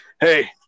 hey